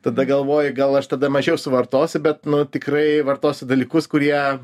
tada galvoji gal aš tada mažiau suvartosiu bet nu tikrai vartosiu dalykus kurie